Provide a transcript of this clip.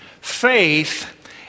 Faith